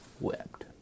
wept